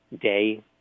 day